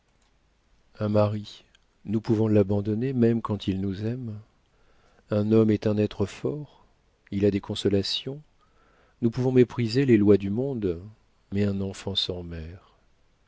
un mari nous pouvons l'abandonner même quand il nous aime un homme est un être fort il a des consolations nous pouvons mépriser les lois du monde mais un enfant sans mère